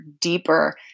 deeper